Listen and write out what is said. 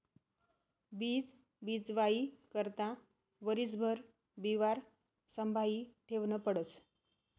बीज बीजवाई करता वरीसभर बिवारं संभायी ठेवनं पडस